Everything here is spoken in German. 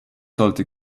sollte